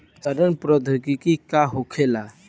सड़न प्रधौगकी का होखे?